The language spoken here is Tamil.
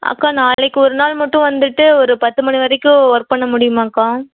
அக்கா நாளைக்கு ஒரு நாள் மட்டும் வந்துட்டு ஒரு பத்து மணி வரைக்கும் ஒர்க் பண்ண முடியுமாக்கா